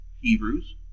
Hebrews